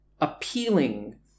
appealing